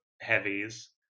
heavies